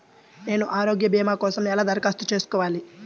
నేను ఆరోగ్య భీమా కోసం ఎలా దరఖాస్తు చేసుకోవాలి?